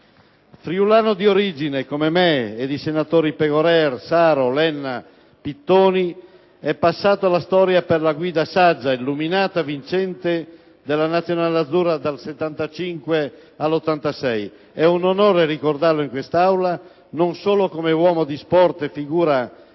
Friulano di origine, come me e i senatori Pegorer, Saro, Lenna e Pittoni, è passato alla storia per la guida saggia, illuminata e vincente della nazionale azzurra dal 1975 al 1986. È un onore ricordarlo in quest'Aula, non solo come uomo di sport e figura